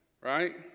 right